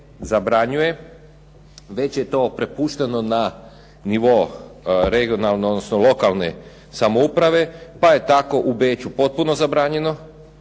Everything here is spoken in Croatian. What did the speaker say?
zabranjuje već je to prepušteno na nivo regionalne, odnosno lokalne samouprave, pa je tako u Beču potpuno zabranjeno,